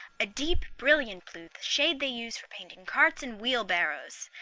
a deep, brilliant blue, the shade they use for painting carts and wheelbarrows.